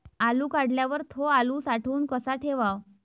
आलू काढल्यावर थो आलू साठवून कसा ठेवाव?